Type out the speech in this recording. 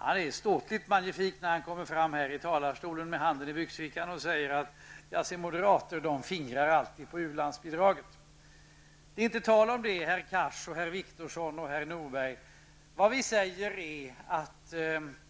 Han är ståtligt magnifik när han kommer fram här i talarstolen med handen i byxfickan och säger: Ja, se moderater, de fingrar alltid på u-landsbidraget. Det är inte tal om det herr Cars, herr Wictorsson och herr Norberg. Det vi säger är att